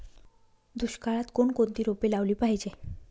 दुष्काळात कोणकोणती रोपे लावली पाहिजे?